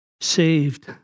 saved